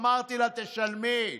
אמרתי לה: תשלמי.